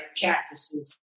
Cactuses